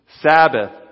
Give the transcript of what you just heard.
Sabbath